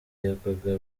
yagwaga